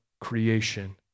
creation